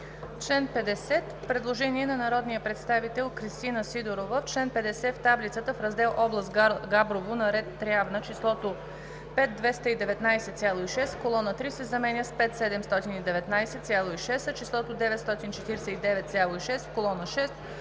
чл. 50 има предложение на народния представител Кристина Сидорова: „В чл. 50 в таблицата, в раздел област Габрово, на ред Трявна числото „5 219,6“ в колона 3 се заменя с „5 719,6“, а числото „949,6“ в колона 6